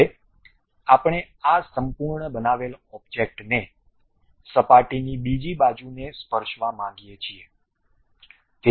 હવે આપણે આ સંપૂર્ણ બનાવેલ ઓબ્જેક્ટને સપાટીની બીજી બાજુને સ્પર્શવા માગીએ છીએ